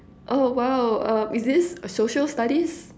oh !wow! uh is this social studies